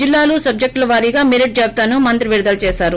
జిల్లాలు సబ్టెక్టుల వారీగా మెరిట్ జాబితాను మంత్రి విడుదల చేశారు